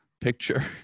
picture